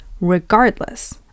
regardless